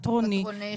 פטרוני,